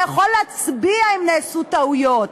אתה יכול להצביע אם נעשו טעויות.